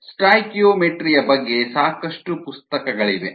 ಸ್ಟಾಯ್ಕಿಯೋಮೆಟ್ರಿಯ ಬಗ್ಗೆ ಸಾಕಷ್ಟು ಪುಸ್ತಕಗಳಿವೆ